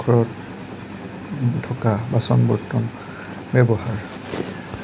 পাকঘৰত থকা বাচন বৰ্তন ব্যৱহাৰ